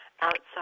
outside